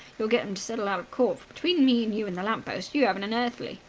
you'll get em to settle out of court, for, between me and you and the lamp-post, you haven't an earthly!